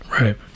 Right